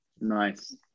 Nice